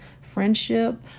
friendship